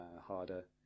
harder